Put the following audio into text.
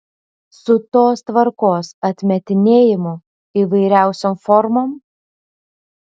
su tos tvarkos atmetinėjimu įvairiausiom formom